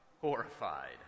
horrified